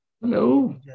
Hello